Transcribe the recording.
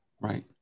right